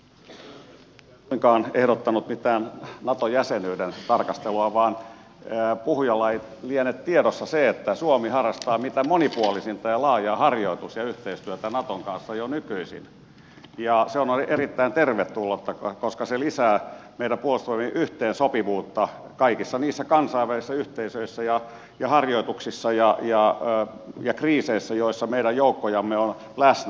en kuitenkaan ehdottanut mitään nato jäsenyyden tarkastelua vaan puhujalla ei liene tiedossa se että suomi harrastaa mitä monipuolisinta ja laajaa harjoitus ja muuta yhteistyötä naton kanssa jo nykyisin ja se on erittäin tervetullutta koska se lisää meidän puolustusvoimiemme yhteensopivuutta kaikissa niissä kansainvälisissä yhteisöissä ja harjoituksissa ja kriiseissä joissa meidän joukkojamme on läsnä